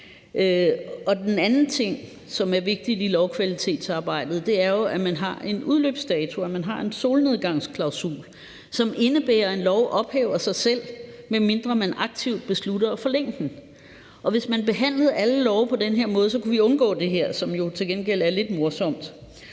Den anden ting, som er vigtig i lovkvalitetsarbejdet, er, at man har en udløbsdato, altså at man har en solnedgangsklausul, som indebærer, at en lov ophæver sig selv, medmindre man aktivt beslutter at forlænge den. Hvis man behandlede alle love på den måde, kunne vi undgå det her, som jo til gengæld er lidt morsomt.